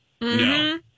no